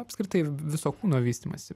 apskritai viso kūno vystymąsi